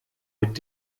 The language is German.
mit